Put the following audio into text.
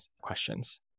questions